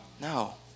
no